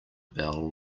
bell